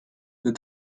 that